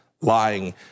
lying